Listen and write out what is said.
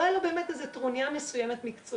לא הייתה לו באמת איזה שהיא טרוניה מסוימת מקצועית.